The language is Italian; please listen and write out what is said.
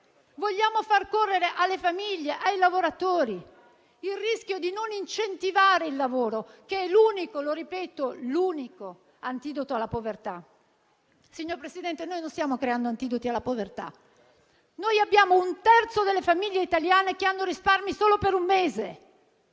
Vogliamo far correre alle famiglie e ai lavoratori il rischio di non incentivare il lavoro, che -lo ripeto - è l'unico antidoto alla povertà? Signor Presidente del Consiglio, noi non stiamo creando antidoti alla povertà: un terzo delle famiglie italiane ha risparmi solo per un mese;